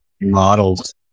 models